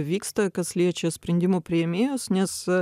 vyksta kas liečia sprendimų priėmėjus nes